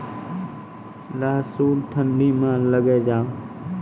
लहसुन ठंडी मे लगे जा?